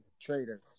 traitors